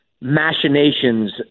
machinations